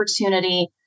opportunity